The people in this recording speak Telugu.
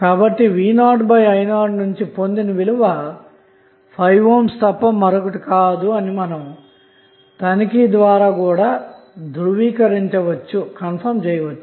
కాబట్టి v0i0 నుంచి పొందిన విలువ అన్నది 5 ohm తప్ప మరొకటికాదని మీరు తనిఖీ ద్వారా కూడా ధృవీకరించవచ్చు